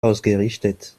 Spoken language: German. ausgerichtet